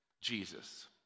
Jesus